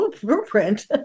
blueprint